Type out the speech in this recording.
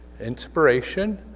inspiration